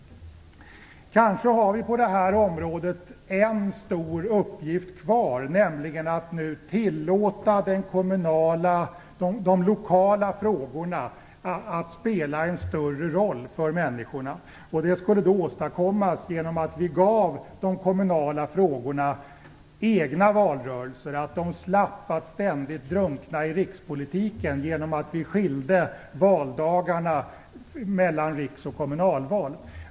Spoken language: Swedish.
Kanske har vi på detta område en stor uppgift kvar, nämligen att nu tillåta de lokala frågorna att spela en större roll för människorna. Det skulle åstadkommas genom att vi ger de kommunala frågorna egna valrörelser, så att de slapp att ständigt drunkna i rikspolitiken, genom skilda valdagar för riks och kommunalval.